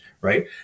right